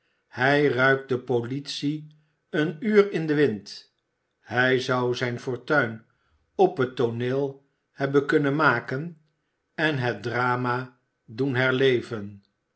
hij ruikt de politie een uur in den wind hij zou zijn fortuin op het tooneel hebben kunnen maken en het drama doen herleven